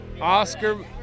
Oscar